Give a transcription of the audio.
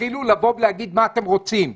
תתחילו לבוא ולהגיד מה אתם רוצים.